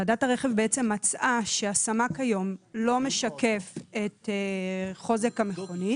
ועדת הרכב בעצם מצאה שהסמ"ק היום לא משקף את חוזק המכונית